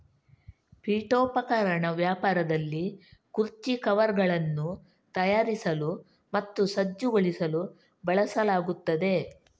ಪೀಠೋಪಕರಣ ವ್ಯಾಪಾರದಲ್ಲಿ ಕುರ್ಚಿ ಕವರ್ಗಳನ್ನು ತಯಾರಿಸಲು ಮತ್ತು ಸಜ್ಜುಗೊಳಿಸಲು ಬಳಸಲಾಗುತ್ತದೆ